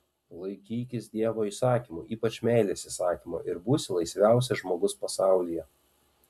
laikykis dievo įsakymų ypač meilės įsakymo ir būsi laisviausias žmogus pasaulyje